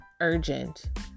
urgent